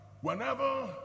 whenever